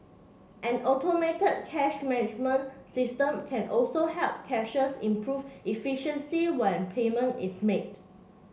an automated cash management system can also help cashiers improve efficiency when payment is made